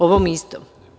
Ovom istom.